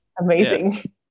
Amazing